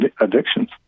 addictions